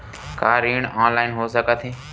का ऋण ऑनलाइन हो सकत हे?